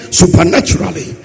supernaturally